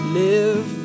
live